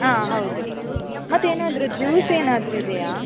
ಆಂ ಹೌದು ಮತ್ತೇನಾದರೂ ಜ್ಯೂಸ್ ಏನಾದರೂ ಇದೆಯೇ